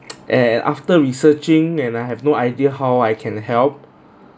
and after researching and I have no idea how I can help